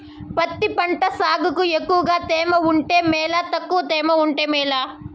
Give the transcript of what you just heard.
పత్తి పంట సాగుకు ఎక్కువగా తేమ ఉంటే మేలా తక్కువ తేమ ఉంటే మేలా?